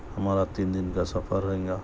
ہمارا تین دن کا سفر رہیں گا